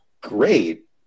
great